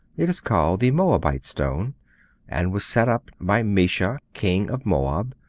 it is called the moabite stone and was set up by mesha, king of moab.